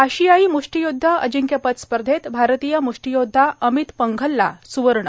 आशियाई मुष्टियुद्ध अजिंक्यपद स्पर्धेत भारतीय मुष्टियोद्धा अमित पंघलला सुवर्ण